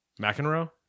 McEnroe